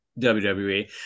WWE